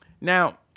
Now